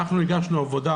הגשנו עבודה